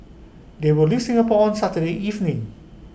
they will leave Singapore on Saturday evening